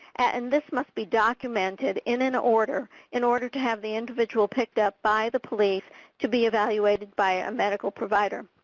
and this must be documented in an order, in order to have the individual picked up by the police to be evaluated by our medical provider.